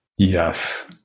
yes